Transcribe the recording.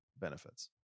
benefits